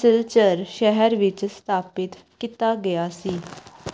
ਸਿਲਚਰ ਸ਼ਹਿਰ ਵਿੱਚ ਸਥਾਪਿਤ ਕੀਤਾ ਗਿਆ ਸੀ